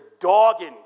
dogging